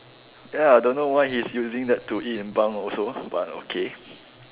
ya don't know why he's using that to eat in bunk also but okay